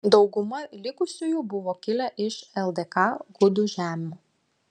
dauguma likusiųjų buvo kilę iš ldk gudų žemių